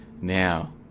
Now